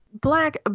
Black